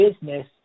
business